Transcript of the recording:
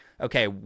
okay